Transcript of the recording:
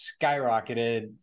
skyrocketed